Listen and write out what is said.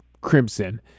crimson